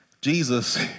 Jesus